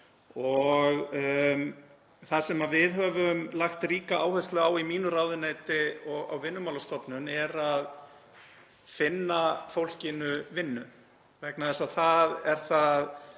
Það sem við höfum lagt ríka áherslu á í mínu ráðuneyti og á Vinnumálastofnun er að finna fólkinu vinnu vegna þess að það er